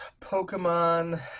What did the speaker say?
pokemon